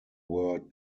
were